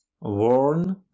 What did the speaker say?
warn